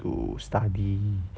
to study